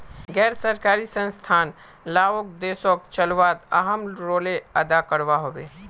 गैर सरकारी संस्थान लाओक देशोक चलवात अहम् रोले अदा करवा होबे